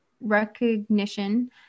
recognition